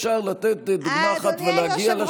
אפשר לתת דוגמה אחת ולהגיע לשאלה.